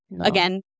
Again